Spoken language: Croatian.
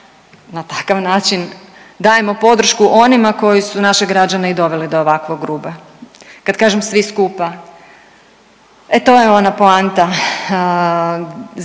na takav način dajemo podršku onima koji su naše građane i doveli do ovakvog ruba. Kad kažem „svi skupa“ e to je ona poanta